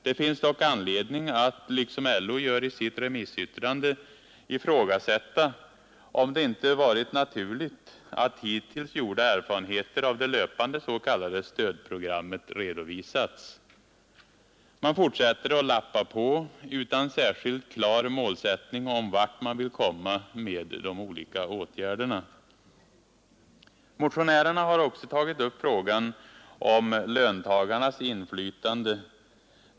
Det finns dock anledning att, som LO gör i sitt remissyttrande, ifrågasätta om det inte varit naturligt att hittills gjorda erfarenheter av det löpande s.k. stödprogrammet redovisats. Man fortsätter att lappa på, utan någon påverka strukturomvandlingen inom vissa branscher särskilt klar målsättning beträffande vart man vill komma med de olika åtgärderna. Motionärerna har också tagit upp frågan om löntagarnas inflytande.